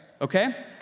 okay